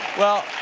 well,